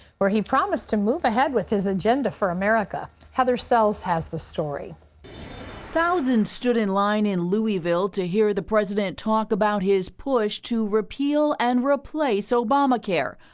where he promised to move ahead with his agenda for america. heather sells has the story. heather thousands stood in line in louisville to hear the president talk about his push to repeal and replace obamacare.